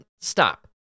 Stop